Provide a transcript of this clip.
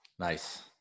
Nice